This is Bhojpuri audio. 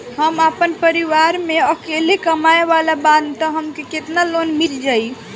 हम आपन परिवार म अकेले कमाए वाला बानीं त हमके केतना लोन मिल जाई?